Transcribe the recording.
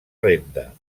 renda